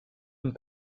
une